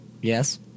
Yes